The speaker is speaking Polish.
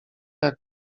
jak